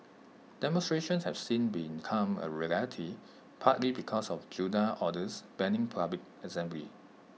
demonstrations have since become A rarity partly because of junta orders banning public assembly